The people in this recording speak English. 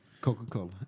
Coca-Cola